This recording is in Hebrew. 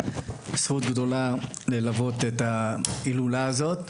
זכות גדולה עבורי ללוות את ההילולה הזאת.